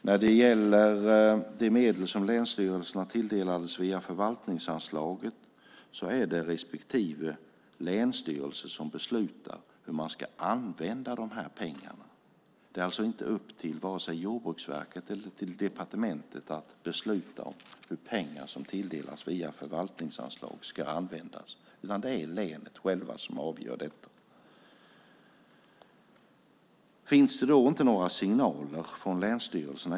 När det gäller de medel som länsstyrelserna tilldelades via förvaltningsanslaget är det respektive länsstyrelse som beslutar hur man ska använda pengarna. Det är alltså inte upp till vare sig Jordbruksverket eller departementet att besluta om hur pengar som tilldelas via förvaltningsanslag ska användas. Det är länen själva som avgör detta. Finns det då inte några signaler från länsstyrelserna?